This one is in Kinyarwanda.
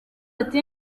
ati